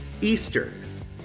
Eastern